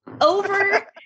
over